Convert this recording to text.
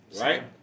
right